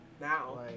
Now